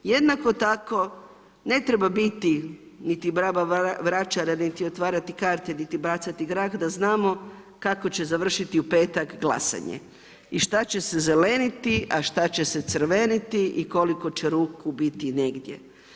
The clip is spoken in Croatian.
Jednako tako ne treba biti niti baba vračara, niti otvarati karte, niti bacati grah da znamo kako će završiti u petak glasanje i šta će se zeleniti, a šta će se crveniti i koliko će ruku biti negdje.